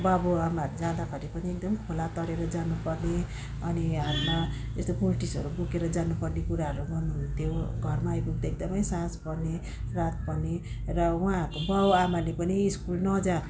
बाबुआमाहरू जाँदाखेरि पनि एकदम खोला तरेर जानुपर्ने अनि हातमा यस्तो पुल्टिसहरू बोकेर जानुपर्ने कुराहरू गर्नुहुन्थ्यो घरमा आइपुग्दा एकदमै साँझ पर्ने रात पर्ने र उहाँहरूको बाबुआमाले पनि स्कुल नजा